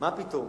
מה פתאום